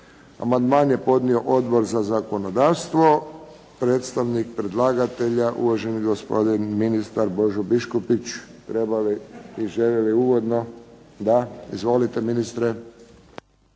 Amandman je podnio Odbor za zakonodavstvo. Predstavnik predlagatelja uvaženi gospodin ministar Božo Biškupić, treba li i želi li uvodno? Da. Izvolite ministre.